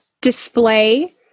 display